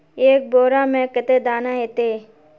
एक बोड़ा में कते दाना ऐते?